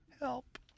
Help